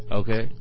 okay